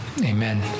Amen